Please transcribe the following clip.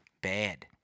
Bad